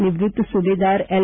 નિવૃત્ત સુબેદાર એલ